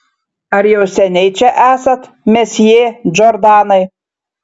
ar jau seniai čia esat mesjė džordanai